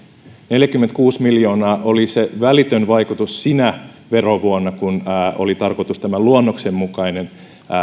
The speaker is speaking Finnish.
neljäkymmentäkuusi miljoonaa oli se välitön vaikutus sinä verovuonna kun oli tarkoitus tämän luonnoksen mukaisen